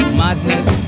madness